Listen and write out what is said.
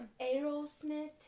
Aerosmith